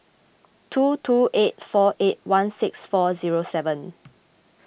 two two eight four eight one six four zero seven